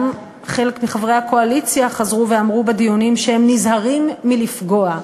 גם חלק מחברי הקואליציה חזרו ואמרו בדיונים שהם נזהרים מלפגוע.